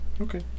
Okay